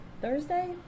Thursday